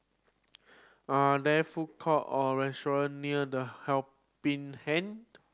are there food court or restaurant near The Helping Hand